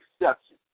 exception